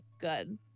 good